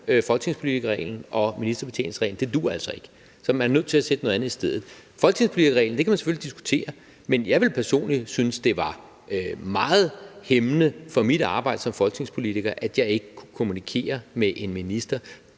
folketingspolitikerreglen og ministerbetjeningsreglen duer altså ikke. Så er man nødt til at sætte noget andet i stedet. Folketingspolitikerreglen kan man selvfølgelig diskutere, men jeg ville personligt synes, det var meget hæmmende for mit arbejde som folketingspolitiker, at jeg ikke kunne kommunikere med en minister